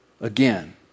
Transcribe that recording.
again